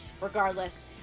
regardless